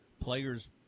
players